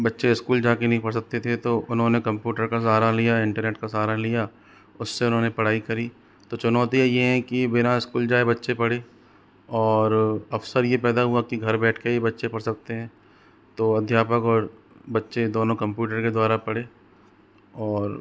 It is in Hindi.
बच्चे स्कूल जाके नहीं पढ़ सकते थे तो उन्होंने कंप्यूटर का सहारा लिया इंटरनेट का सहारा लिया उससे उन्होंने पढ़ाई करी तो चुनौतियाँ ये हैं कि बिना स्कूल जाए बच्चे पढ़े और अवसर यह पैदा हुआ कि घर बैठ के ही बच्चे पढ़ सकते हैं तो अध्यापक और बच्चे दोनों कंप्यूटर के द्वारा पढ़े और